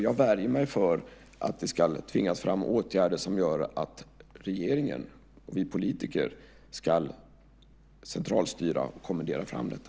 Jag värjer mig mot att det ska tvingas fram åtgärder som gör att regeringen och vi politiker ska centralstyra och kommendera fram detta.